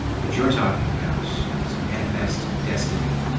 what you're talking about is manifest destiny.